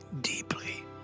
deeply